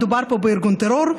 מדובר פה בארגון טרור,